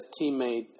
teammate